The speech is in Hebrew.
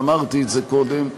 ואמרתי את זה קודם,